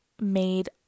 made